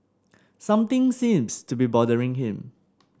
something seems to be bothering him